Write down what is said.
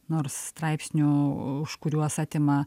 nors straipsnių už kuriuos atima